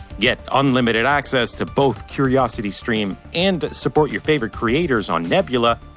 get unlimited access to both curiositystream and support your favorite creators on nebula,